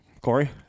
Corey